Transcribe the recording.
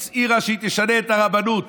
היא הצהירה שהיא תשנה את הרבנות